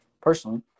personally